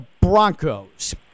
Broncos